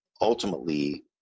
ultimately